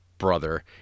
brother